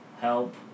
help